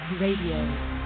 Radio